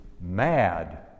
mad